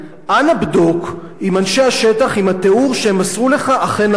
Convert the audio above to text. בדוק עם אנשי השטח אם התיאור שהם מסרו לך אכן נכון,